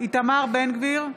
איתמר בן גביר,